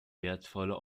wertvolle